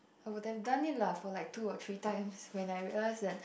I would have done it lah for like two or three times when I realised that